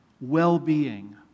well-being